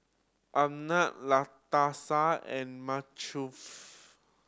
Arnett Latasha and